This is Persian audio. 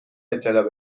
اطلاع